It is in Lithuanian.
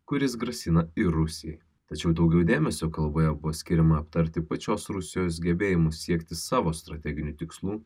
kuris grasina ir rusijai tačiau daugiau dėmesio kalboje buvo skiriama aptarti pačios rusijos gebėjimus siekti savo strateginių tikslų